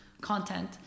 content